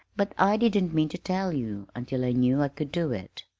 but i didn't mean to tell you until i knew i could do it.